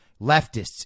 leftists